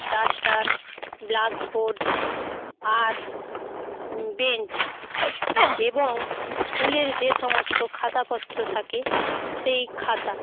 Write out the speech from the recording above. duster blackboard আর bench এবং স্কুলের যে সমস্ত খাতাপত্র থাকে সেই খাতা